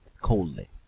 coldly